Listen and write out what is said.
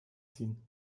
ziehen